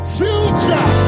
future